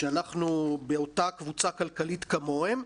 שאנחנו באותה קבוצה כלכלית כמוהם,